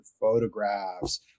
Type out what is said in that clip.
photographs